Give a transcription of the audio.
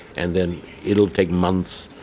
and then it'll take months.